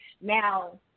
Now